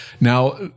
Now